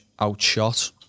outshot